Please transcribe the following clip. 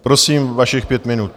Prosím, vašich pět minut.